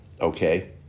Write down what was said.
okay